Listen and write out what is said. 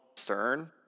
Stern